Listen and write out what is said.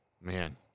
Man